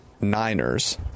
Niners